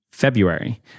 February